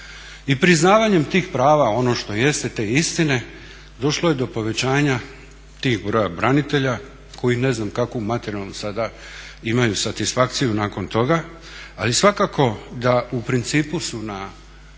i priznavanjem tih prava, ono što jeste te istine, došlo je do povećanja tih broja branitelja koji ne znam kako u materijalnom sada imaju satisfakciju nakon toga. Ali svakako u principu su neću